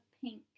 pink